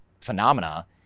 phenomena